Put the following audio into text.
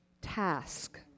task